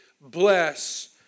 Bless